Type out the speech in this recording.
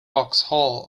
vauxhall